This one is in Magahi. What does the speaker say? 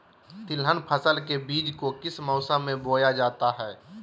तिलहन फसल के बीज को किस मौसम में बोया जाता है?